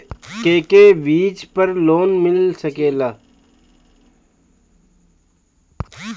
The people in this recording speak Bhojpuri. के के चीज पर लोन मिल सकेला?